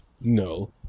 No